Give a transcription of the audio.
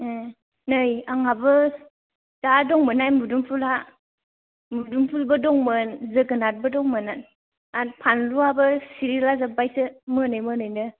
नै आंहाबो जा दंमोनहाय मुदुमफुलआ मुदुमफुलबो दंमोन जोगोनारबो दंमोन आरो फानलुआबो सिरिला जोब्बायसो मोनै मोनैनो